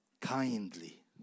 kindly